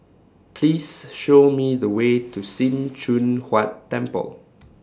Please Show Me The Way to SIM Choon Huat Temple